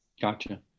gotcha